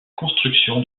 construction